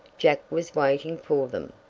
jack was waiting for them.